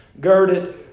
girded